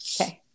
Okay